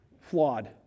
Flawed